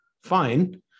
fine